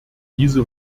diese